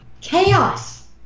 chaos